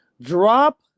drop